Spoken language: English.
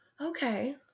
okay